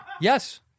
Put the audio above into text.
yes